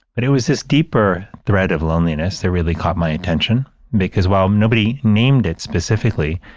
but it was this deeper thread of loneliness that really caught my attention because while nobody named it specifically,